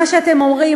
מה שאתם אומרים,